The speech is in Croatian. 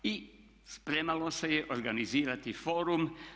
I spremalo se je organizirati forum